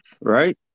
right